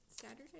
Saturday